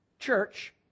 Church